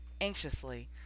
anxiously